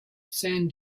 san